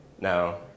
No